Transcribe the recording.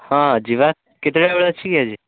ହଁ ଯିବା କେତେଟା ବେଳେ ଅଛି କି ଆଜି